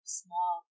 small